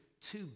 two